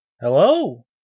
Hello